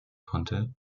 konnte